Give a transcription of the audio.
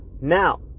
now